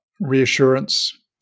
reassurance